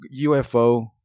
UFO